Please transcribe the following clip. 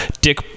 dick